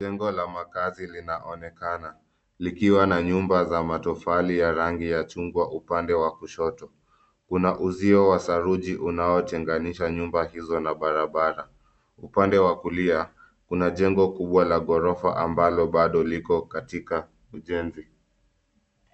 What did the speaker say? Jengo la makazi linaonekana likiwa na nyumba za matofali ya rangi ya chungwa upande wa kushoto. Kuna uzio wa saruji unaotenganisha nyumba hizo na barabara. Upande wa kulia kuna jengo kubwa la ghorofa ambalo bado liko katika ujenzi.